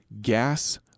Gas